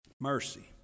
Mercy